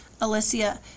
Alicia